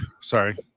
sorry